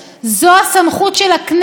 זו הסמכות של הכנסת.